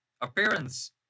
Appearance